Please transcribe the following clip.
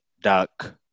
duck